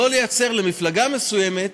לא לייצר למפלגה מסוימת